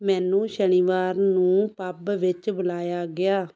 ਮੈਨੂੰ ਸ਼ਨੀਵਾਰ ਨੂੰ ਪੱਬ ਵਿੱਚ ਬੁਲਾਇਆ ਗਿਆ